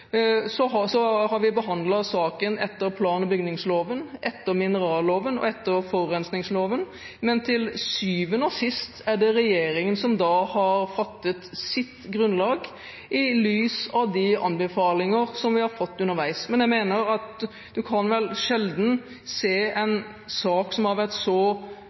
Så har vi behandlet saken etter plan- og bygningsloven, etter mineralloven og etter forurensingsloven, men til syvende og sist er det regjeringen som så har fattet sitt vedtak i lys av de anbefalinger som vi har fått underveis. Men jeg mener at man vel sjelden kan se en sak som har vært så